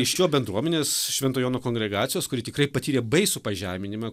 iš jo bendruomenės švento jono kongregacijos kuri tikrai patyrė baisų pažeminimą